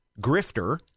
grifter